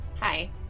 Hi